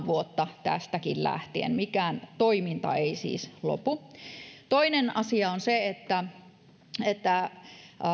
vuotta tästäkin lähtien mikään toiminta ei siis lopu toinen asia on se että että